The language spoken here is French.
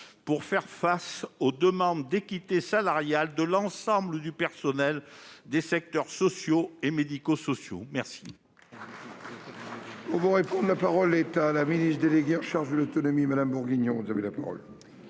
pour répondre aux demandes d'équité salariale de l'ensemble des personnels des secteurs sociaux et médico-sociaux ?